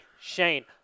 Shane